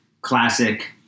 classic